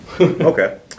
Okay